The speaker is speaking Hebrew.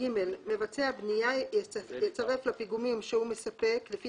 (ג)מבצע הבנייה יצרף לפיגומים שהוא מספק לפי